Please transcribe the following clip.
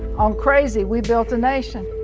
on crazy we built a nation.